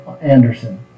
Anderson